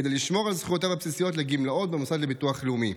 כדי לשמור על זכויותיו הבסיסיות לגמלאות במוסד לביטוח לאומי.